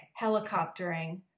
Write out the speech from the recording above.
helicoptering